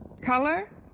Color